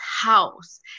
house